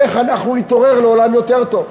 איך אנחנו נתעורר לעולם יותר טוב.